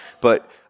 But-